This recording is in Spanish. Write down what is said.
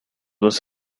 los